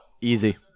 Easy